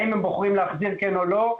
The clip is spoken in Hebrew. האם הם בוחרים להחזיר, כן או לא?